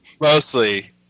Mostly